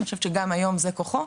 אני חושבת שגם היום זה כוחו,